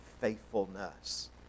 faithfulness